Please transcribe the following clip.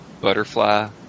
butterfly